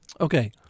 Okay